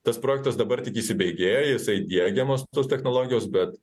tas projektas dabar tik įsibėgėja jisai diegiamos tos technologijos bet